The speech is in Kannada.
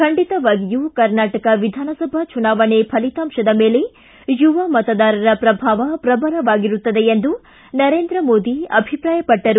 ಖಂಡಿತವಾಗಿಯೂ ಕರ್ನಾಟಕ ವಿಧಾನಸಭಾ ಚುನಾವಣೆ ಫಲಿತಾಂಶದ ಮೇಲೆ ಯುವ ಮತದಾರರ ಪ್ರಭಾವ ಪ್ರಬಲವಾಗಿರುತ್ತದೆ ಎಂದು ನರೇಂದ್ರ ಮೋದಿ ಅಭಿಪ್ರಾಯಪಟ್ಟರು